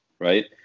right